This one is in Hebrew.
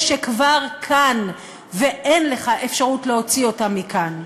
שכבר כאן ואין לך אפשרות להוציא אותם מכאן.